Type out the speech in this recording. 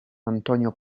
antonio